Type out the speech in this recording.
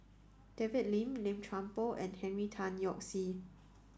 David Lim Lim Chuan Poh and Henry Tan Yoke See